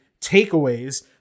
takeaways